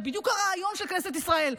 זה בדיוק הרעיון של כנסת ישראל.